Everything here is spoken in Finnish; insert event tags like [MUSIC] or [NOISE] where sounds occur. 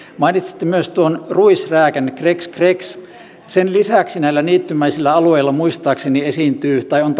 mainitsitte myös ruisrääkän crex crex sen lisäksi näillä niittymäisillä alueilla muistaakseni on [UNINTELLIGIBLE]